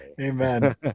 Amen